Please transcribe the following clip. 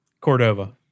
Cordova